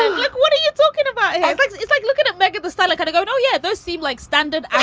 ah like what are you talking about? yeah but it's it's like looking at megahed, the style i've like to go. oh yeah. those seem like standard